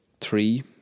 three